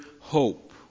hope